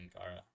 Kara